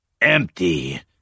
Empty